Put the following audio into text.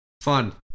Fun